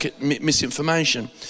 misinformation